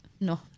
no